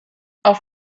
auf